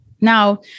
Now